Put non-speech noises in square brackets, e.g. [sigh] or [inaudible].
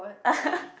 [laughs]